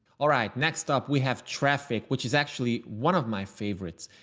all right. next up, we have traffic, which is actually one of my favorites.